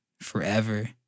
forever